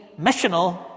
missional